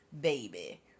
baby